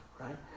right